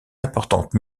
importantes